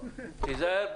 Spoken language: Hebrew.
תיזהר,